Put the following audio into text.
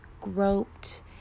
groped